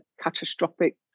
catastrophic